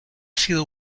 sido